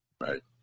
Right